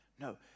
No